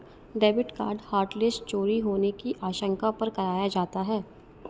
debit card hotlist चोरी होने की आशंका पर कराया जाता है